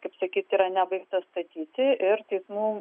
kaip sakyt yra nebaigtas statyti ir teismų